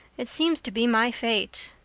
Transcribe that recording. it seems to be my fate.